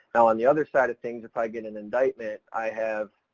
on the other side of things, if i get an indictment i have,